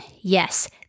Yes